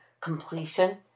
completion